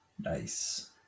Nice